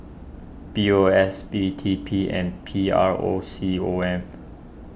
P O S B T P and P R O C O M